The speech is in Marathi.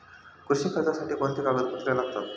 कृषी कर्जासाठी कोणती कागदपत्रे लागतात?